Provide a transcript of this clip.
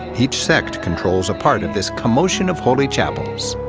each sect controls a part of this commotion of holy chapels,